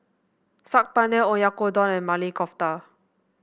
Saag Paneer Oyakodon and Maili Kofta